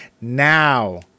now